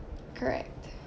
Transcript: correct